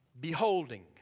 beholding